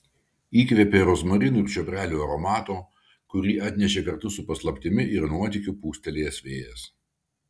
įkvėpė rozmarinų ir čiobrelių aromato kurį atnešė kartu su paslaptimi ir nuotykiu pūstelėjęs vėjas